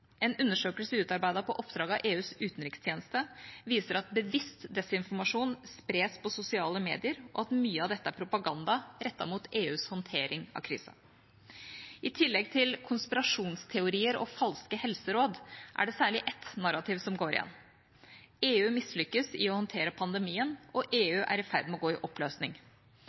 En undersøkelse utarbeidet på oppdrag av EUs utenrikstjeneste viser at bevisst desinformasjon spres på sosiale medier, og at mye av dette er propaganda rettet mot EUs håndtering av krisen. I tillegg til konspirasjonsteorier og falske helseråd er det særlig ett narrativ som går igjen: EU mislykkes i å håndtere pandemien, og EU er i ferd med å gå i oppløsning.